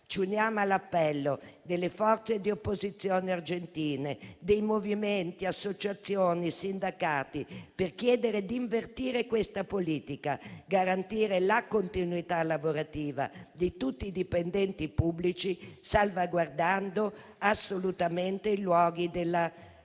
Ci uniamo all'appello delle forze di opposizione argentine, dei movimenti, delle associazioni e dei sindacati per chiedere di invertire questa politica, garantire la continuità lavorativa di tutti i dipendenti pubblici, salvaguardando assolutamente i luoghi della memoria.